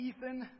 Ethan